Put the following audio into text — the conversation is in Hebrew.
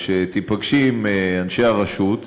שתיפגשי עם אנשי הרשות,